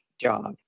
job